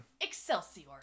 Excelsior